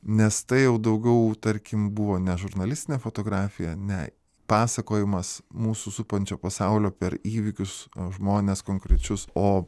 nes tai jau daugiau tarkim buvo ne žurnalistinė fotografija ne pasakojimas mūsų supančio pasaulio per įvykius žmones konkrečius o